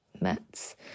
mets